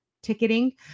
Ticketing